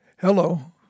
Hello